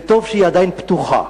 וטוב שהיא עדיין פתוחה.